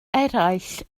eraill